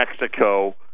Mexico